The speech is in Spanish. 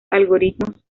algoritmos